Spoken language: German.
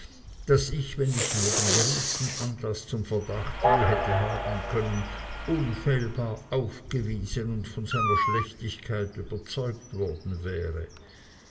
daß ich wenn ich nur den geringsten anlaß zum verdacht je hätte haben können unfehlbar aufgewiesen und von seiner schlechtigkeit überzeugt worden wäre